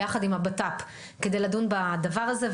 ביחד עם הבט"פ כדי לדון בדבר הזה,